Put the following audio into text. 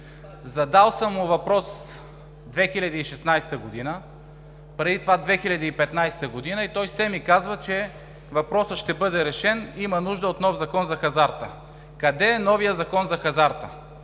Задал съм му въпрос 2016 г., преди това 2015 г., и той все ми казва, че въпросът ще бъде решен, има нужда от нов Закон за хазарта. Къде е новият Закон за хазарта?